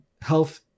health